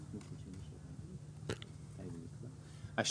זאת אומרת זה לא יהיה --- לא הקריטריונים,